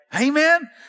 Amen